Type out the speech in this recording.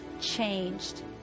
changed